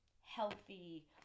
healthy